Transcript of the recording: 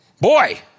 boy